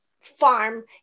farm